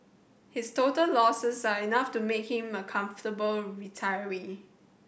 his total losses are enough to make him a comfortable retiree